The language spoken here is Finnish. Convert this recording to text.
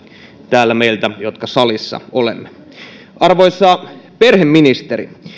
täällä meiltä jotka salissa olemme arvoisa perheministeri